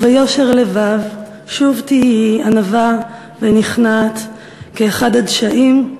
/ וביושר לבב שוב תהיי ענווה ונכנעת / כאחד הדשאים,